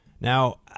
Now